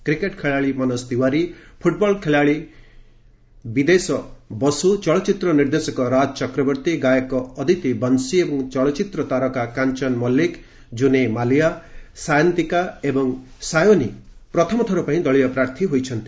cricket ଖେଳାଳି Manoj Tiwari football ଖେଳାଳି ବିଦେଶ ବାସୁ ଚଳଚ୍ଚିତ୍ର ନିର୍ଦ୍ଦେଶକ ରାଜ ଚକ୍ରବର୍ତ୍ତୀ ଗାୟକ ଅଦିତି ବଂଶୀ ଏବଂ ଚଳଚ୍ଚିତ୍ର ତାରକା କାଞ୍ଚନ ମଲ୍ଲିକ ଜୁନେ ମାଲିଆ ସାୟନ୍ତିକା ଏବଂ ସାୟୋନୀ ପ୍ରଥମ ଥର ପାଇଁ ଦଳୀୟ ପ୍ରାର୍ଥୀ ହୋଇଛନ୍ତି